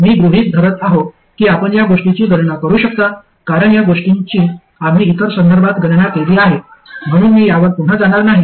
मी गृहित धरत आहो की आपण या गोष्टींची गणना करू शकता कारण या गोष्टींची आम्ही इतर संदर्भात गणना केली आहे म्हणून मी यावर पुन्हा जाणार नाही